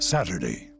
Saturday